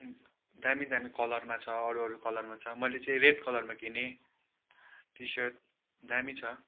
दामी दामी कलरमा छ अरू अरू कलरमा छ मैले चाहिँ रेड कलरमा किनेँ टिसर्ट दामी छ